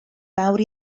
fawr